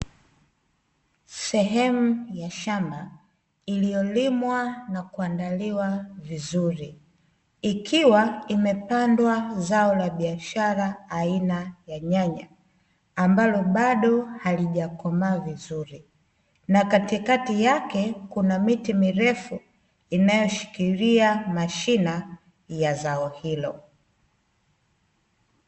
Sehemu ya shamba, iliyolimwa na kuandaliwa vizuri, kiwa imepandwa zao la biashara aina ya nyanya ambalo bado halijakomaa vizuri na katikati yake kuna miti mirefu inayoshikilia mashina ya zao hilo.